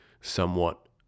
somewhat